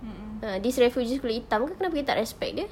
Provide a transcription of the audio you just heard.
uh these refugees kulit hitam ke kenapa kita tak respect dia